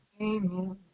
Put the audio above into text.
Amen